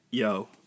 Yo